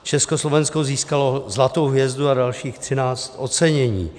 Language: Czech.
Československo získalo zlatou hvězdu a dalších 13 ocenění.